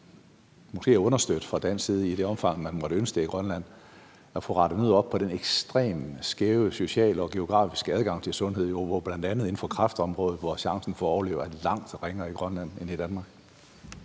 mulighederne for fra dansk side i det omfang, man måtte ønske det i Grønland, at understøtte at få rettet noget op på den ekstremt skæve sociale og geografiske adgang til sundhed, bl.a. inden for kræftområdet, hvor chancen for at overleve er langt ringere i Grønland end i Danmark?